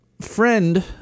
friend